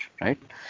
right